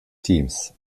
teams